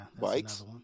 bikes